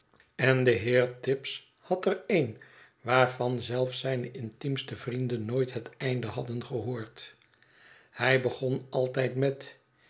en de heer tibbs had er een waarvan zelfs zijn intiemste vrienden nooit het einde hadden gehoord hij begon altijd met